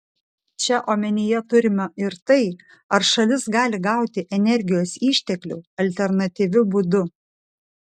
čia omenyje turima ir tai ar šalis gali gauti energijos išteklių alternatyviu būdu